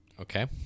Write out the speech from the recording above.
okay